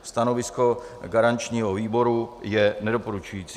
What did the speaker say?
Stanovisko garančního výboru je nedoporučující.